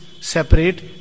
separate